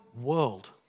world